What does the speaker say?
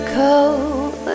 cold